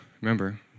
Remember